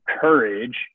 Courage